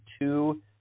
two